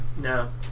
No